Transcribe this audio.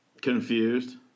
Confused